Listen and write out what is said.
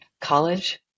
College